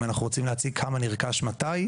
אם אנחנו רוצים להציג כמה נרכש מתי,